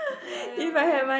whatever